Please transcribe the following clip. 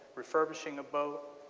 refurbishing a boat.